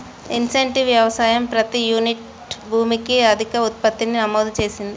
intensive వ్యవసాయం ప్రతి unit భూమికి అధిక ఉత్పత్తిని నమోదు చేసింది